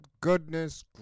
goodness